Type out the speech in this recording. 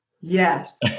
Yes